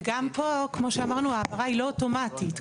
וגם פה כמו שאמרנו ההעברה היא לא אוטומטית,